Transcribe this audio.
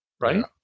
right